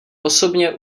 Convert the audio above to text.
osobně